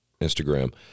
Instagram